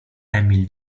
emil